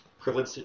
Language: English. privilege